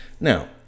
now